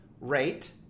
rate